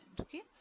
Okay